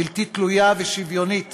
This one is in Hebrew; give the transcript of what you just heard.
בלתי תלויה ושוויונית